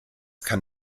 kann